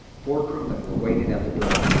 four crewmen were waiting at the door,